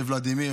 ולדימיר,